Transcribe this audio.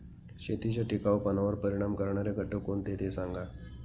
शेतीच्या टिकाऊपणावर परिणाम करणारे घटक कोणते ते सांगा